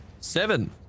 Seven